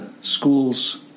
schools